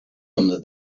him